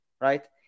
right